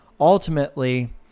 ultimately